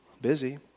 busy